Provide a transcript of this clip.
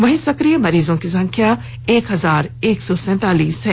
वहीं सक्रिय मरीजों की संख्या एक हजार एक सौ सैंतालीस हैं